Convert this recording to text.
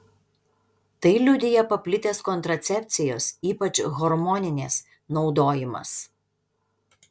tai liudija paplitęs kontracepcijos ypač hormoninės naudojimas